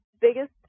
biggest